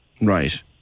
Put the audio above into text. Right